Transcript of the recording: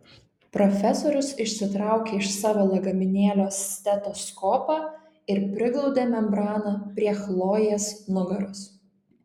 profesorius išsitraukė iš savo lagaminėlio stetoskopą ir priglaudė membraną prie chlojės nugaros